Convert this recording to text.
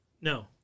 No